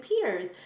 peers